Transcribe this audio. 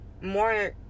more